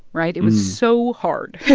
right? it was so hard.